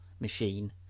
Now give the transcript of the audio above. machine